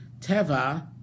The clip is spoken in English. Teva